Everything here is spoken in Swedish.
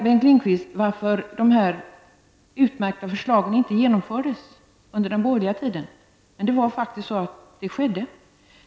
Bengt Lindqvist frågar varför dessa utmärkta förslag aldrig genomfördes under den borgerliga tiden. Det skedde.